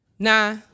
Nah